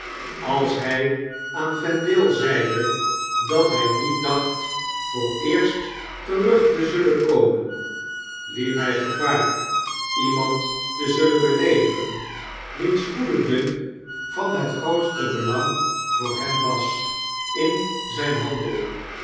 als hg aan vendale zeide dat hij niet dacht vooreerst terug te zullen komen hep hg gevaariemand te zullen beleedigen wiens goede dunk van het grootste belang voor hem was in zp handel